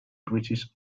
british